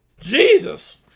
Jesus